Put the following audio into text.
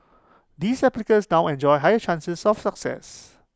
these applicants now enjoy higher chances of success